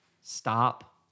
stop